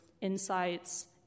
insights